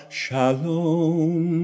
shalom